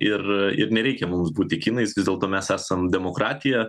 ir ir nereikia mums būti kinais vis dėlto mes esam demokratija